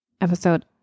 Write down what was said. episode